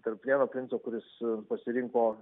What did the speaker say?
tarp vieno princo kuris pasirinko